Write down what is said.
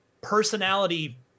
personality